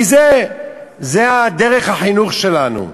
כי זו דרך החינוך שלנו,